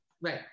Right